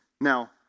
Now